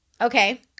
Okay